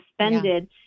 suspended